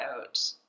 out